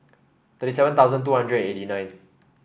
thirty seven thousand two hundred eighty nine